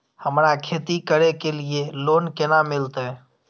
हमरा खेती करे के लिए लोन केना मिलते?